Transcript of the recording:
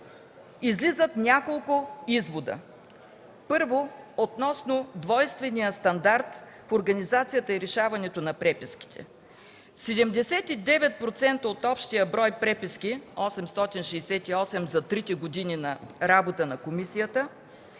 излизат няколко извода. Първо, относно двойнствения стандарт в организацията и решаването на преписките. Седемдесет и девет процента от общия брой преписки – 868 за трите години на работа на комисията,